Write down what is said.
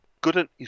good